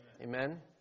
Amen